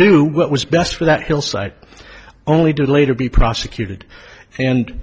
do what was best for that hillside only did later be prosecuted and